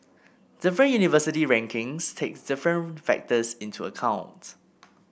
different university rankings take different factors into account